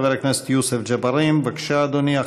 חבר הכנסת יוסף ג'בארין, בבקשה, אדוני.